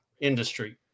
industry